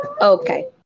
Okay